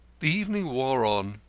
the evening wore on.